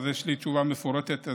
יש לי תשובה מפורטת.